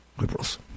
liberals